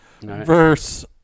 verse